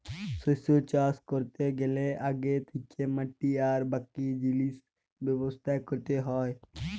শস্য চাষ ক্যরতে গ্যালে আগে থ্যাকেই মাটি আর বাকি জিলিসের ব্যবস্থা ক্যরতে হ্যয়